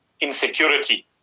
insecurity